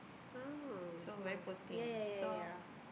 oh !wah! yeah yeah yeah yeah